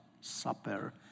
Supper